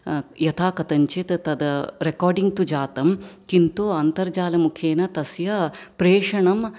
यथाकथञ्चित् तद् रेकार्डिङ्ग् तु जातं किन्तु अन्तर्जालमुखेन तस्य प्रेषणं